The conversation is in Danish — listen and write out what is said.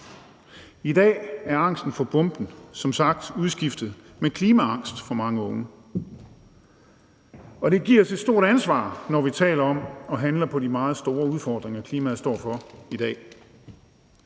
I dag er angsten for bomben som sagt udskiftet med klimaangst for mange unges vedkommende. Og det giver os et stort ansvar, når vi taler om og handler på de meget store udfordringer, klimaet står for i dag.